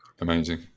Amazing